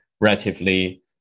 relatively